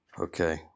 Okay